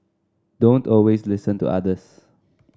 don't always listen to others